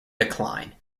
decline